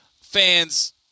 fans